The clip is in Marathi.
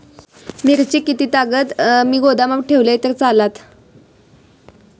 मिरची कीततागत मी गोदामात ठेवलंय तर चालात?